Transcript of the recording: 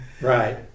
Right